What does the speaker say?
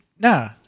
No